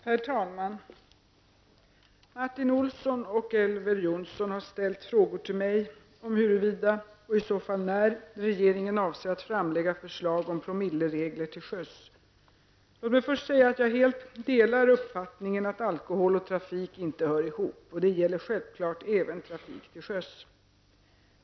Herr talman! Martin Olsson och Elver Jonsson har ställt frågor till mig om huruvida och i så fall när regeringen avser att framlägga förslag om promilleregler till sjöss. Låt mig först säga att jag helt delar uppfattningen att alkohol och trafik inte hör ihop. Och det gäller självklart även trafik till sjöss.